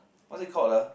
what is it called ah